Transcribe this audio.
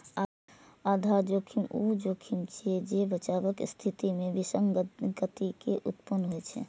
आधार जोखिम ऊ जोखिम छियै, जे बचावक स्थिति मे विसंगति के उत्पन्न होइ छै